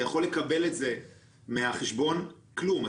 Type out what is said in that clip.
אתה יכול לקבל את זה מהחשבון, זה כלום.